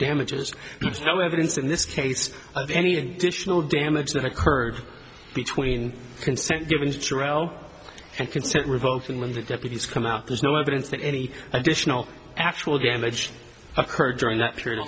damages no evidence in this case of any additional damage that occurred between consent given and consent revoking when the deputies come out there's no evidence that any additional actual damage occurred during that period